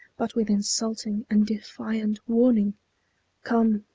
but with insulting and defiant warning come,